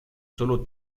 solo